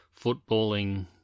footballing